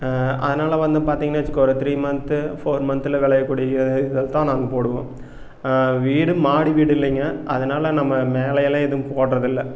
அதனால் வந்து பார்த்தீங்கனு வச்சிக்கோங்களேன் ஒரு த்ரீ மன்த்து ஃபோர் மன்த்தில் விளையக்கூடிய பயிர்கள் தான் நாங்கள் போடுவோம் வீடு மாடி வீடு இல்லைங்க அதனால் நம்ம மேலேயிலாம் எதுவும் போடுறதில்ல